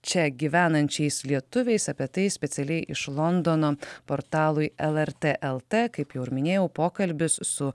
čia gyvenančiais lietuviais apie tai specialiai iš londono portalui lrt lt kaip jau ir minėjau pokalbis su